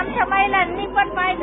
आमच्या महिलांनीपण पाहिलं